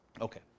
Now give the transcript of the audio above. Okay